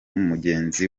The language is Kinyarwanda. mugenzi